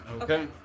Okay